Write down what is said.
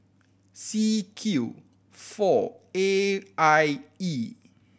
C Q four A I E